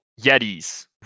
yetis